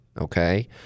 okay